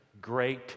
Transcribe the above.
great